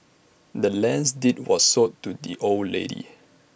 the land's deed was sold to the old lady